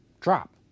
drop